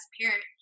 parent